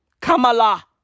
Kamala